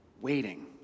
waiting